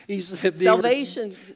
Salvation